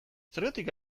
zergatik